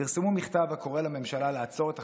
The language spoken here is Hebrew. פרסמו מכתב הקורא לממשלה לעצור את החקיקה,